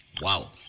Wow